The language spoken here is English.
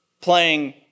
playing